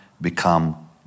become